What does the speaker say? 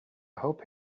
hope